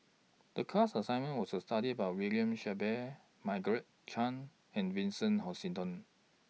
The class assignment was to study about William Shellabear Margaret Chan and Vincent Hoisington